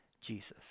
Jesus